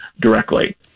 directly